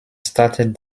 started